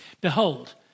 Behold